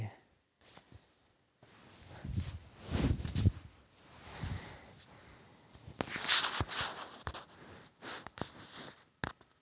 तरबूजा सेहटेर तने बहुत फायदमंद मानाल गहिये